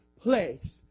place